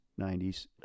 90s